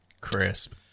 Crisp